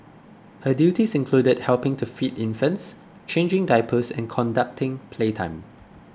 her duties included helping to feed infants changing diapers and conducting playtime